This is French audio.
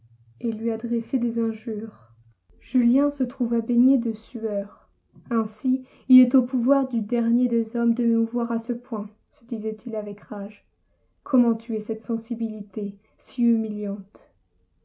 et lui adresser des injures julien se trouva baigné de sueur ainsi il est au pouvoir du dernier des hommes de m'émouvoir à ce point se disait-il avec rage comment tuer cette sensibilité si humiliante